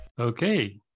Okay